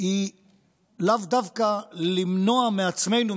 היא לאו דווקא למנוע מעצמנו,